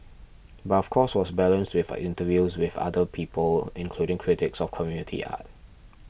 but of course was balanced with interviews with other people including critics of community art